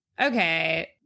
okay